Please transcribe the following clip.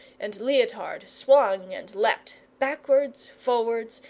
and leotard swung and leapt, backwards, forwards,